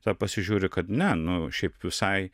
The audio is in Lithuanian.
ta pasižiūri kad ne nu šiaip visai